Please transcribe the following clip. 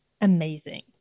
amazing